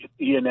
Ian